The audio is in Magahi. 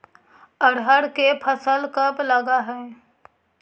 अरहर के फसल कब लग है?